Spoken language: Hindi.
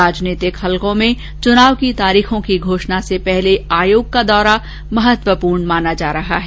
राजनीतिक हलको में चुनाव की तारीखों की घोषणा से पहले आयोग का दौरा महत्वपूर्ण माना जा रहा है